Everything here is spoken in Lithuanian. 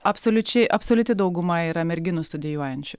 absoliučiai absoliuti dauguma yra merginų studijuojančių